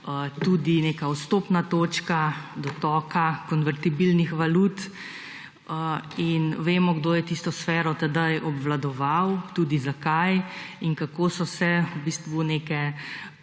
tudi neka vstopna točka dotoka konvertibilnih valut, in vemo, kdo je tisto sfero tedaj obvladoval, tudi zakaj in kako so se gospodarske